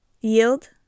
Yield